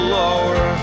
lower